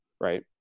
right